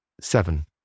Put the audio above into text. seven